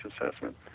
assessment